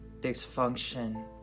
dysfunction